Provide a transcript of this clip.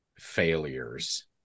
Failures